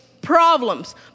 problems